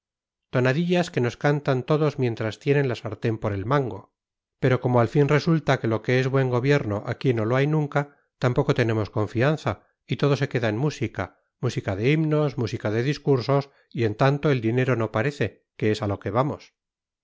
tonadillas que nos cantan todos mientras tienen la sartén por el mango pero como al fin resulta que lo que es buen gobierno aquí no lo hay nunca tampoco tenemos confianza y todo se queda en música música de himnos música de discursos y en tanto el dinero no parece que es a lo que vamos